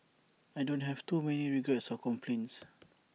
I don't have too many regrets or complaints